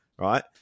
right